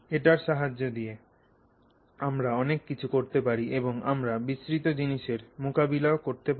এটার সাহায্য দিয়ে আমরা অনেক কিছু করতে পারি এবং আমরা বিস্তৃত জিনিসের মোকাবেলা করতে পারি